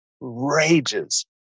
rages